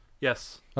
Yes